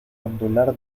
ondular